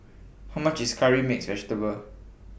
How much IS Curry Mixed Vegetable